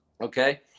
Okay